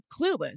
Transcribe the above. clueless